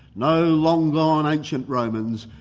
no long-gone ancient romans,